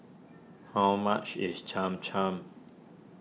how much is Cham Cham